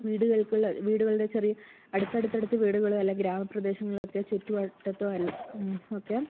വീടുകൾക്കുള്ള വീടുകളുടെ ചെറിയ അടുത്തടുത്തടുത്ത് വീടുകളും അല്ല ഗ്രാമപ്രദേശങ്ങളെയൊക്കെ ചുറ്റുവട്ടത്തും എല്ലാം ഒക്കെ